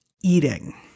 eating